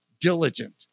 diligent